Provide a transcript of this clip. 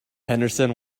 henderson